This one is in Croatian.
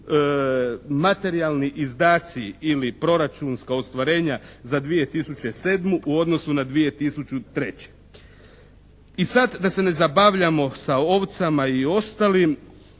materijalni izdaci ili proračunska ostvarenja za 2007. u odnosu na 2003. I sad da se ne zabavljamo sa ovcama i ostalim,